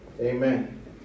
Amen